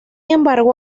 embargo